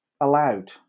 allowed